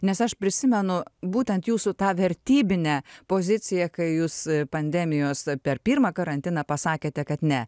nes aš prisimenu būtent jūsų tą vertybinę poziciją kai jūs pandemijos per pirmą karantiną pasakėte kad ne